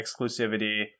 exclusivity